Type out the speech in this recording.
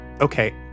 Okay